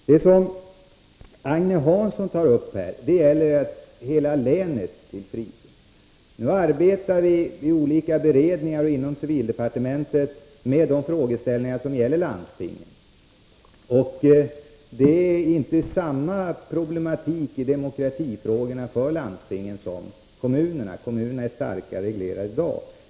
Agne Hansson tar här upp frågan om att göra ett helt län till frizon. Vi arbetar i olika beredningar och inom civildepartementet med de frågeställningar som gäller landstingen. Det är inte samma problematik för landstingen som för kommunerna när det gäller demokratifrågor. Kommunerna är i dag starkare reglerade.